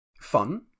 Fun